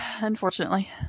unfortunately